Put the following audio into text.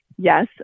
Yes